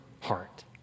heart